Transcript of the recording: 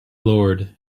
lord